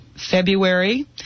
February